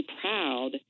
proud